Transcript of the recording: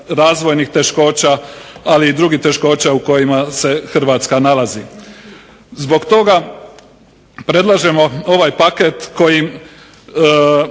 razvojnih teškoća ali i drugih teškoća u kojima se Hrvatska nalazi. Zbog toga predlažemo ovaj paket kojim